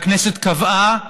והכנסת קבעה